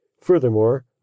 Furthermore